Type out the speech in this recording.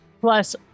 plus